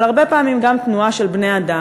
אבל הרבה פעמים גם תנועה של בני-אדם,